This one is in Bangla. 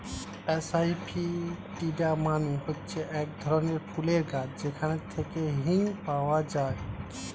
এসাফিটিডা মানে হচ্ছে এক ধরনের ফুলের গাছ যেখান থেকে হিং পাওয়া যায়